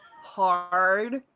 hard